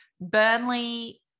Burnley